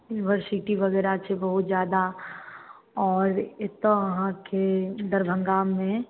university वगैरह छै बहुत जादा आओर एत्तऽ आहाँके दरभङ्गामे